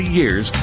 years